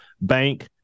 bank